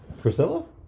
Priscilla